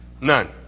none